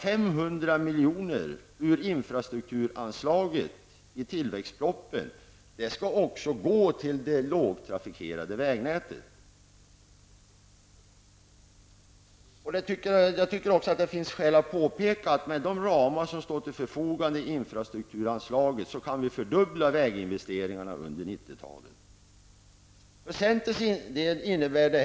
500 milj.kr. ur infrastrukturanslaget i tillväxtpropositionen skall gå till det lågtrafikerade vägnätet. Jag tycker också att det finns skäl att påpeka att med de ramar som står till förfogande i infrastrukturanslaget kan vi fördubbla väginvesteringarna under 1990-talet.